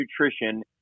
nutrition